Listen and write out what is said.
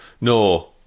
No